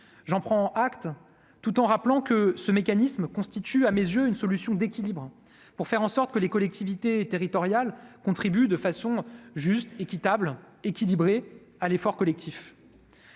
j'en prends acte, tout en rappelant que ce mécanisme constitue à mes yeux une solution d'équilibre pour faire en sorte que les collectivités territoriales contribue de façon juste, équitable, équilibrée à l'effort collectif.